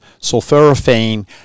sulforaphane